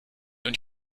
und